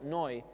noi